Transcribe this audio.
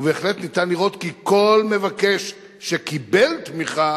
ובהחלט ניתן לראות כי כל מבקש שקיבל תמיכה